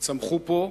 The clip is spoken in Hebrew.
צמחו פה,